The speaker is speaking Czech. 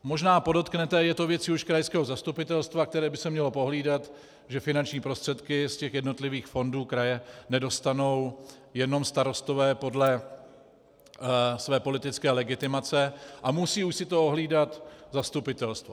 Možná podotknete, že je to věc krajského zastupitelstva, které by si mělo pohlídat, že finanční prostředky z těch jednotlivých fondů kraje nedostanou jenom starostové podle své politické legitimace, a musí si to ohlídat zastupitelstvo.